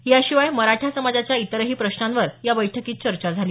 याशिवाय मराठा समाजाच्या इतरही प्रश्नांवरही या बैठकीत चर्चा झाली